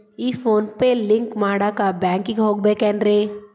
ಈ PhonePe link ಮಾಡಾಕ ಬ್ಯಾಂಕಿಗೆ ಹೋಗ್ಬೇಕೇನ್ರಿ?